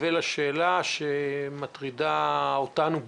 ולשאלה שמטרידה אותנו במיוחד,